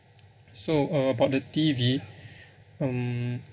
so uh about the T_V um